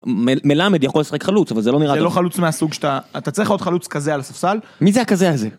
מלמד, יכול לשחק חלוץ, אבל זה לא נראה טוב. - זה לא חלוץ מהסוג שאתה... אתה צריך עוד חלוץ כזה על הספסל? - מי זה הכזה הזה?